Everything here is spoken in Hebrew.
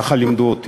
ככה לימדו אותי: